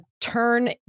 turn